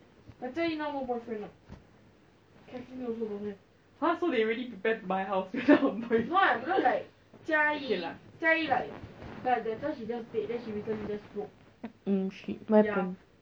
!huh! what you mean